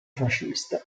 fascista